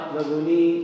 Laguni